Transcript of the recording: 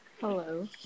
hello